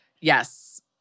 yes